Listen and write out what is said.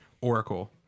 oracle